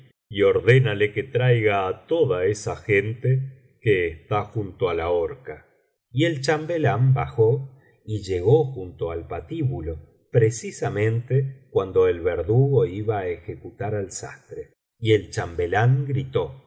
y ordénale que traiga a toda esa gente que está junto á la horca y el chambelán bajó y llegó junto al patíbulo precisamente cuando el verdugo iba á ejecutar al sastre y el chambelán gritó